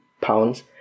pounds